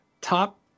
top